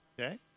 okay